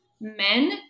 men